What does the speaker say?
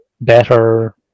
better